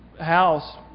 house